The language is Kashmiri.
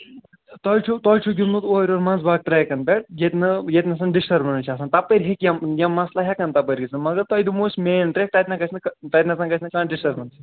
تۄہہِ چھُو تۄہہِ چھُو گِنٛدمُت اورٕ یورٕ منٛزباگ ٹرٛیکَن پٮ۪ٹھ ییٚتہِ نہٕ ییٚتہِ نَسَن ڈِسٹٔربٮ۪نٕس چھِ آسان تَپٲرۍ ہیٚکہِ یِم یِم مَسلہٕ ہٮ۪کَن تپٲرۍ گٔژھِتھ مگر تۄہہِ دِمو أسۍ مین ٹرٛیک تَتہِ نَہ گژھِ نہٕ تَتہِ نَسَن گژھِ نہٕ کانٛہہ ڈِسٹٔربَنسٕے